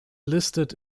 listed